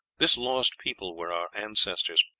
this lost people were our ancestors,